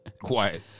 Quiet